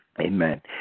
Amen